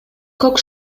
көк